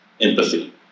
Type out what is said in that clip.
empathy